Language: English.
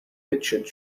richard